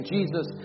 Jesus